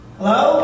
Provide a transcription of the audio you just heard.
Hello